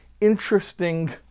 interesting